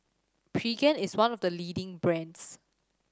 Pregain is one of the leading brands